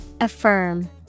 Affirm